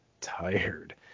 tired